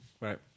Right